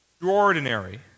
extraordinary